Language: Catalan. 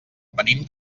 venim